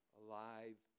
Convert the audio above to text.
alive